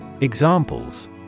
Examples